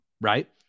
Right